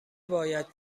باید